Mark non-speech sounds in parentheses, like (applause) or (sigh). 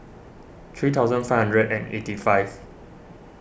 three thousand five hundred and eighty five (noise)